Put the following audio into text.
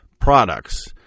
products